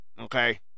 Okay